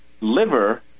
liver